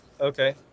Okay